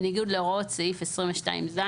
בניגוד להוראות סעיף 22(ז).